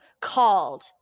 called